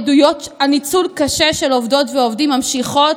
עדויות על ניצול קשה של עובדות ועובדים ממשיכות